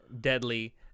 deadly